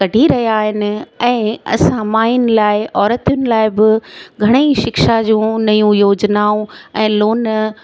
कढी रहिया आहिनि ऐं असां माइयुनि लाइ औरतुनि लाइ बि घणेई शिक्षा जूं नयूं योजनाऊं ऐं लोन